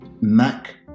Mac